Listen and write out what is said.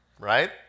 Right